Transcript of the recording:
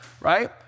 right